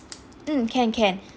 mm can can